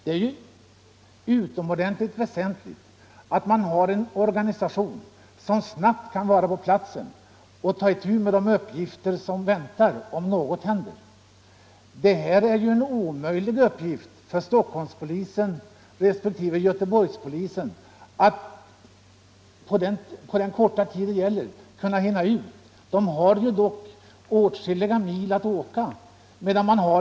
Det är ju utomordentligt väsentligt att man har en organisation som snabbt kan vara på platsen och ta itu med de uppgifter som väntar om något händer. Det är en omöjlig uppgift för Stockholmspolisen respektive Göteborgspolisen att hinna ut på den korta tid det gäller; de har åtskilliga mil att åka.